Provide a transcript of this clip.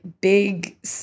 big